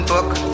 book